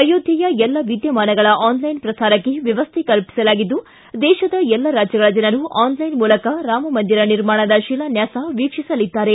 ಅಯೋಧ್ಯೆಯ ಎಲ್ಲ ವಿದ್ಯಮಾನಗಳ ಆನ್ಲೈನ್ ಪ್ರಸಾರಕ್ಷೆ ವ್ಯವಸ್ಥೆ ಕಲ್ಲಿಸಲಾಗಿದ್ದು ದೇಶದ ಎಲ್ಲ ರಾಜ್ಯಗಳ ಜನರು ಆನ್ಲೈನ್ ಮೂಲಕ ರಾಮಮಂದಿರ ನಿರ್ಮಾಣದ ಶಿಲಾನ್ಸಾಸ ವೀಕ್ಷಿಸಲಿದ್ದಾರೆ